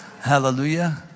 hallelujah